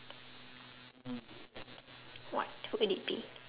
what would it be